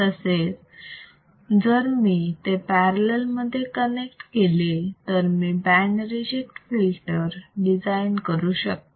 तसेच जर मी ते पॅरलल मध्ये कनेक्ट केले तर मी बँड रिजेक्ट फिल्टर डिझाईन करू शकतो